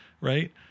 right